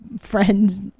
friends